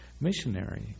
missionary